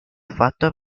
fatto